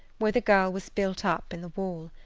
where the girl was built up in the wall.